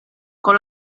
con